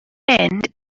and